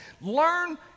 Learn